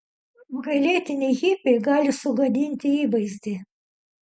apgailėtini hipiai gali sugadinti įvaizdį